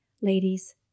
Ladies